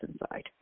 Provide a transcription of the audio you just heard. inside